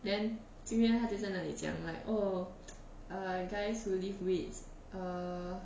then 今天他就在那里讲 like oh uh guys who lift weights err